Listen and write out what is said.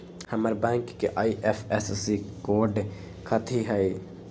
हमर बैंक के IFSC code कथि हई?